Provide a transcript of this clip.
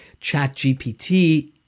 ChatGPT